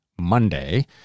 Monday